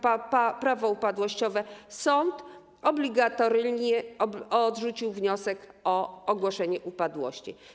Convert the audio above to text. Prawo upadłościowe sąd obligatoryjnie odrzucił wniosek o ogłoszenie upadłości.